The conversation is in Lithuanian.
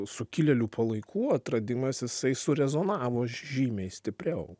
sukilėlių palaikų atradimas jisai surezonavo žymiai stipriau